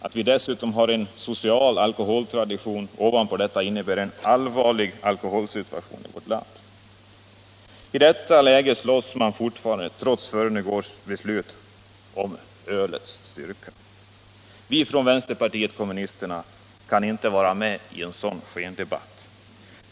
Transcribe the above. Att vi ovanpå detta har en social alkoholtradition innebär en allvarlig alkoholsituation i vårt land. I ett sådant läge slåss man fortfarande, trots föregående års beslut, om ölets styrka. Vi från vänsterpartiet kommunisterna kan inte vara med i en sådan skendebatt.